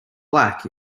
black